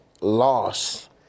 loss